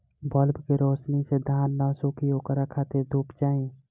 bulb के रौशनी से धान न सुखी ओकरा खातिर धूप चाही